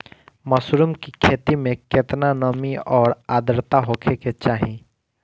Mushroom की खेती में केतना नमी और आद्रता होखे के चाही?